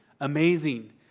amazing